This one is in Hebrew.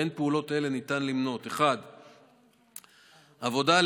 בפעולות אלה ניתן למנות: 1. עבודה על